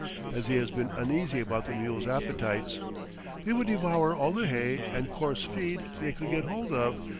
as he has been uneasy about the mules' appetites they would devour all the hay and coarse feed they could get hold of,